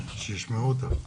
שכולה.